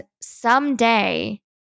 someday